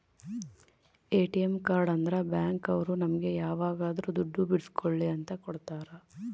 ATM card ಅಂದ್ರ bank ಅವ್ರು ನಮ್ಗೆ ಯಾವಾಗದ್ರು ದುಡ್ಡು ಬಿಡ್ಸ್ಕೊಳಿ ಅಂತ ಕೊಡ್ತಾರ